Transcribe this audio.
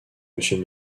monsieur